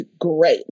great